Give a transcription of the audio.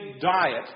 diet